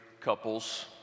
couples